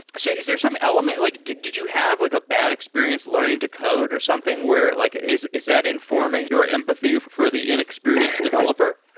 so is there some element? like did did you have like a bad experience learning to code or something, where like is is that informing your empathy for for the inexperienced developer?